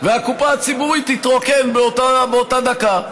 והקופה הציבורית תתרוקן באותה דקה.